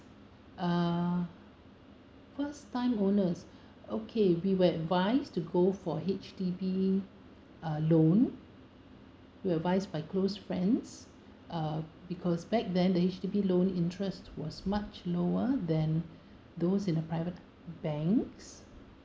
uh first time owners okay we were advised to go for H_D_B uh loan we were advised by close friends uh because back then the H_D_B loan interest was much lower than those in the private banks